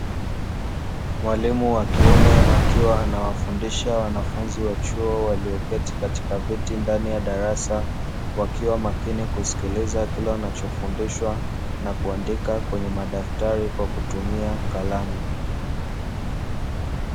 Mwalimu wa kiume akiwa anawafundisha wanafunzi wa chuo walioketi katika viti ndani ya darasa, wakiwa makini kusikiliza kile wanachofundishwa, na kuandika kwenye madaftari kwa kutumia kalamu.